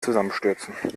zusammenstürzen